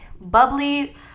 Bubbly